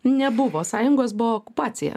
nebuvo sąjungos buvo okupacija